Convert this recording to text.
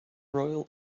royal